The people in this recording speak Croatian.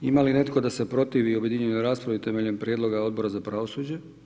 Ima li netko da se protivi objedinjenoj raspravi temeljem prijedloga Odbora za pravosuđe?